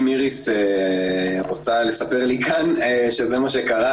אם איריס רוצה לספר לי כאן שזה מה שקרה